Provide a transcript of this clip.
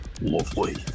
lovely